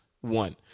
One